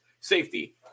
Safety